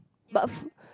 but a few